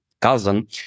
cousin